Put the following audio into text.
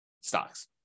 stocks